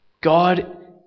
God